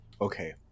Okay